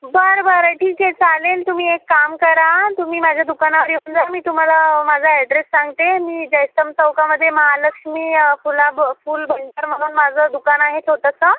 बरं बरं ठीक आहे चालेल तुम्ही एक काम करा तुम्ही माझ्या दुकानावर येऊन जा मी तुम्हाला माझा अॅड्रेस सांगते मी जयस्तंभ चौकामध्ये महालक्ष्मी फुला ब फूल भंडार म्हणून माझं दुकान आहे छोटंसं